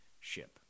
ship